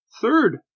third